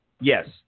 yes